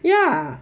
ya